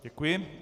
Děkuji.